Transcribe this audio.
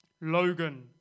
Logan